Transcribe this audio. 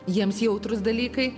jiems jautrūs dalykai